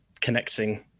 connecting